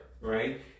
right